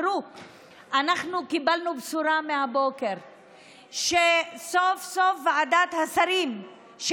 אנחנו קיבלנו בשורה מהבוקר שסוף-סוף ועדת השרים לחקיקה,